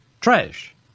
trash